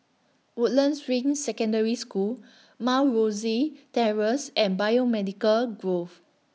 Woodlands Ring Secondary School Mount Rosie Terrace and Biomedical Grove